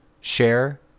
Share